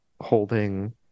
holding